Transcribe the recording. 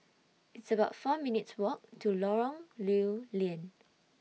It's about four minutes' Walk to Lorong Lew Lian